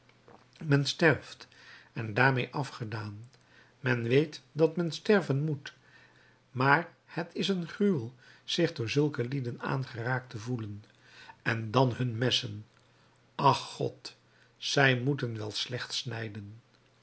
men sterft en daarmee afgedaan men weet dat men sterven moet maar t is een gruwel zich door zulke lieden aangeraakt te voelen en dan hun messen ach god zij moeten wel slecht snijden